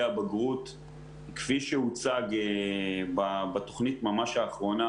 הבגרות כפי שהוצג בתוכנית ממש האחרונה,